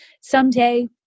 someday